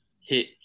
hit